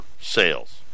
sales